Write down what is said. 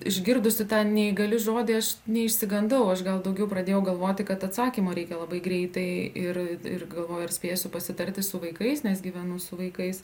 išgirdusi tą neįgali žodį aš neišsigandau aš gal daugiau pradėjau galvoti kad atsakymo reikia labai greitai ir ir galvoju ar spėsiu pasitarti su vaikais nes gyvenu su vaikais